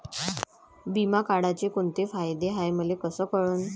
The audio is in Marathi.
बिमा काढाचे कोंते फायदे हाय मले कस कळन?